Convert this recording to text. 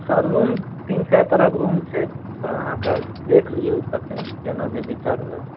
sir room तीन चारि तरहक रूम छै सर अहाँकेँ देख लिऔ तखन जेना जे विचार हुए